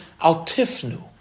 Al-tifnu